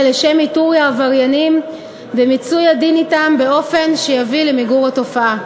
לשם איתור העבריינים ומיצוי הדין אתם באופן שיביא למיגור התופעה.